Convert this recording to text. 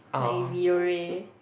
like Biore